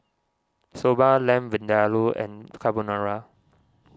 Soba Lamb Vindaloo and Carbonara